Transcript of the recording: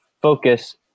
focus